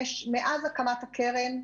מאז הקמת הקרן,